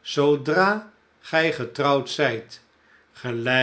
zoodra gij getrouwd zijt gelijk